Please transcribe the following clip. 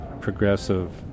progressive